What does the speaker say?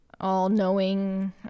all-knowing